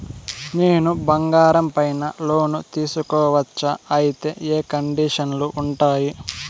నేను బంగారం పైన లోను తీసుకోవచ్చా? అయితే ఏ కండిషన్లు ఉంటాయి?